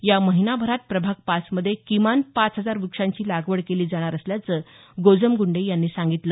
या महिनाभरात प्रभाग पाचमध्ये किमान पाच हजार व्रक्षांची लागवड केली जाणार असल्याचं गोजमगूंडे यांनी सांगितलं